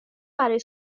برای